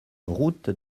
route